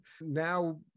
Now